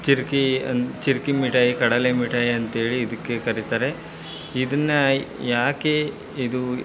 ಚಿಕ್ಕಿ ಅಂ ಚಿಕ್ಕಿ ಮಿಠಾಯಿ ಕಡಲೆ ಮಿಠಾಯಿ ಅಂತ್ಹೇಳಿ ಇದಕ್ಕೆ ಕರಿತಾರೆ ಇದನ್ನು ಯಾಕೆ ಇದು